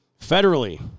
Federally